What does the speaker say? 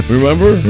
Remember